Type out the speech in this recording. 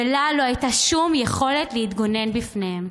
ולה לא הייתה שום יכולת להתגונן בפניהם.